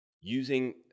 using